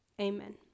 amen